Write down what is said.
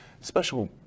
special